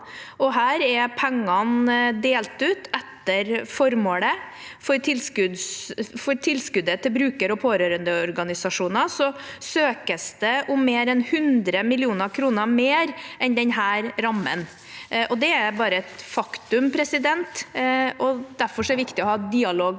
og her er pengene delt ut etter formålet. For tilskuddet til bruker- og pårørendeorganisasjoner søkes det om mer enn 100 mill. kr mer enn denne rammen. Det er et faktum. Derfor er det viktig å ha dialog med